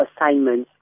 assignments